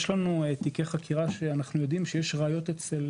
יש לנו תיקי חקירה שאנחנו יודעים שיש ראיות אצל